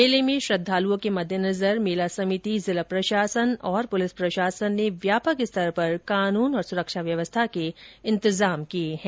मेले में श्रद्वालुओं के मददेनजर मेला समिति जिला प्रशासन और प्लिस प्रशासन ने व्यापक स्तर पर कानून और सुरक्षा व्यवस्था के इन्तजाम किए है